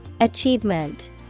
Achievement